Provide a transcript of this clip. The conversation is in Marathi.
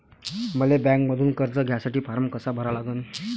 मले बँकेमंधून कर्ज घ्यासाठी फारम कसा भरा लागन?